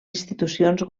institucions